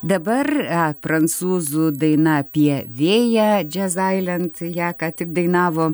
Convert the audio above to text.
dabar prancūzų daina apie vėją džezailent ją ką tik dainavo